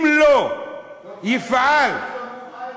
אם לא יפעל, הוא איירון-מן.